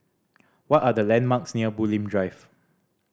what are the landmarks near Bulim Drive